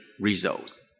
results